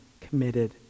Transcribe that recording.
committed